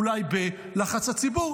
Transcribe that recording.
אולי בלחץ הציבור,